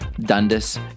Dundas